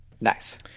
Nice